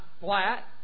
flat